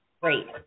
Great